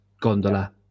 gondola